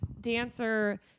dancer